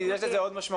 כי יש לזה עוד משמעויות.